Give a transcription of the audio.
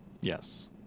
Yes